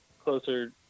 closer